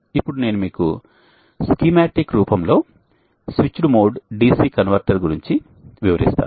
ఇప్పుడు నేను మీకు స్కీమాటిక్ రూపంలో స్విచ్డ్ మోడ్ DC కన్వర్టర్ గురించి వివరిస్తాను